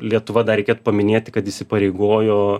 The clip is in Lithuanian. lietuva dar reikėtų paminėti kad įsipareigojo